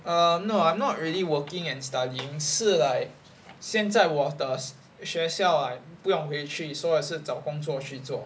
err no I'm not really working and studying 是 like 现在我的学校 like 不用回去所以也是找工作去做